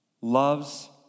loves